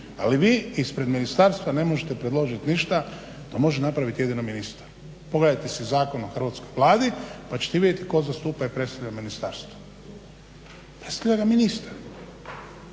ali vi ispred ministarstva ne možete predložiti ništa. To može napraviti jedino ministar. Pogledajte si zakon o Hrvatskoj vladi pa ćete vidjeti tko zastupa i predstavlja ministarstvo. Predstavlja ga ministar.